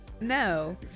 No